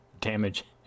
damage